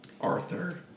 Arthur